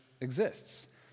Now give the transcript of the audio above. exists